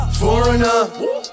foreigner